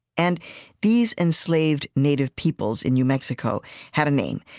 and these enslaved native peoples in new mexico had a name.